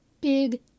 big